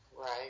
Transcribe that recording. right